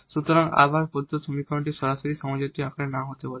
সুতরাং আবার প্রদত্ত সমীকরণটি সরাসরি হোমোজিনিয়াস আকারে নাও হতে পারে